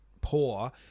poor